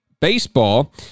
Baseball